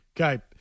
Okay